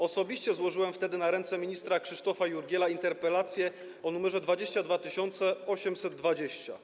Osobiście złożyłem wtedy na ręce ministra Krzysztofa Jurgiela interpelację o nr 22820.